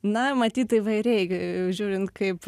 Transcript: na matyt įvairiai žiūrint kaip